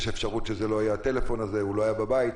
אפשרות שזה לא יהיה לטלפון הזה והוא לא היה בבית,